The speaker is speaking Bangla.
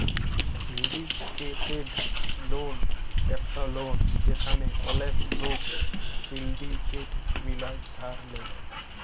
সিলডিকেটেড লন একট লন যেখালে ওলেক লক সিলডিকেট মিলায় ধার লেয়